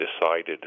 decided